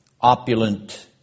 opulent